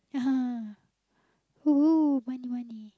!woohoo! money money